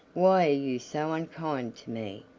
why are you so unkind to me?